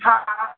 हा हा